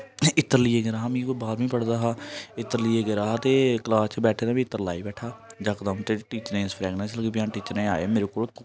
इत्र लेइयै गेदा हा मीं कोई बाह्रमी पढ़दा हा इत्र लेइयै गेदा हा ते क्लास च बैठे दे में इत्र लाई बैठा यकदम ते टीचरें गी फ्रगनेस लगी पेई आन टीचर आए मेरे कोल